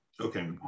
Okay